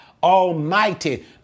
Almighty